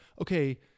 okay